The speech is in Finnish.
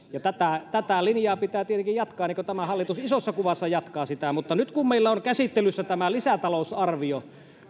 tätä tätä linjaa pitää tietenkin jatkaa niin kuin tämä hallitus isossa kuvassa jatkaa sitä mutta nyt kun meillä on käsittelyssä tämä lisätalousarvio